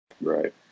right